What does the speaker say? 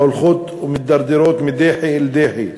ההולכות ומידרדרות מדחי אל דחי,